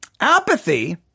Apathy